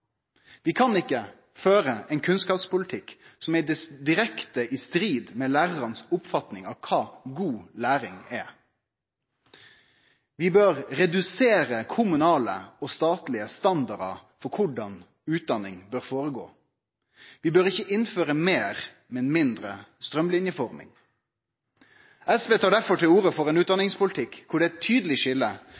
Vi kan ikkje føre ein kunnskapspolitikk som er direkte i strid med læraranes oppfatning av kva god læring er. Vi bør redusere kommunale og statlege standardar for korleis utdanning bør føregå. Vi bør ikkje innføre meir, men mindre straumlinjeforming. SV tar derfor til orde for ein utdanningspolitikk der det er eit tydeleg